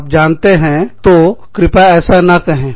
आप जानते हैं तो कृपया ऐसा ना कहें